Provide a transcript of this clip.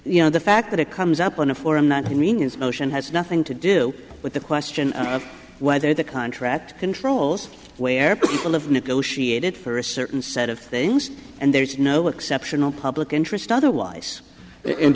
you know the fact that it comes up on a forum that you mean his motion has nothing to do with the question of whether the contract controls where people have negotiated for a certain set of things and there is no exceptional public interest otherwise